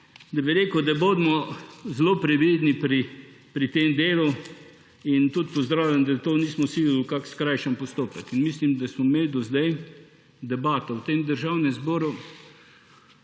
Tako bi rekel, da bodimo zelo previdni pri tem delu. Tudi pozdravljam, da nismo silili v kakšen skrajšan postopek. Mislim, da smo imeli do sedaj debato v tem državnem zboru,